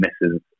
misses